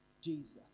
Jesus